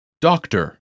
Doctor